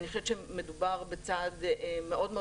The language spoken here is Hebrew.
אני חושבת שמדובר בצעד מאוד מאוד